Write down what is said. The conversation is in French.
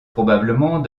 probablement